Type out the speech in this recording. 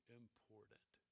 important